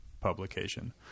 publication